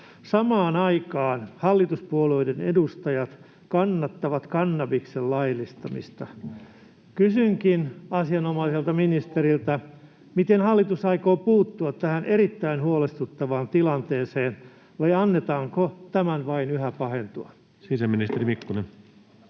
Samaan aikaan hallituspuolueiden edustajat kannattavat kannabiksen laillistamista. [Markus Mustajärvi: Ja kokoomuksen nuoret!] Kysynkin asianomaiselta ministeriltä: miten hallitus aikoo puuttua tähän erittäin huolestuttavaan tilanteeseen, vai annetaanko tämän vain yhä pahentua? Sisäministeri Mikkonen.